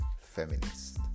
Feminist